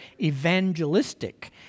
evangelistic